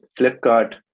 Flipkart